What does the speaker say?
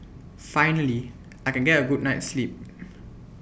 finally I can get A good night's sleep